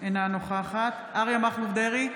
אינה נוכחת אריה מכלוף דרעי,